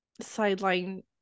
sideline